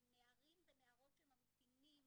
בין נערים ונערות שממתינים